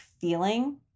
feeling